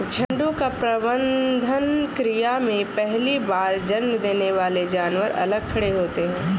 झुंड का प्रबंधन क्रिया में पहली बार जन्म देने वाले जानवर अलग खड़े होते हैं